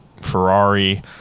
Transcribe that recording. Ferrari